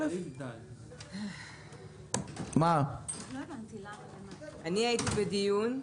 ואני מאיץ באוצר,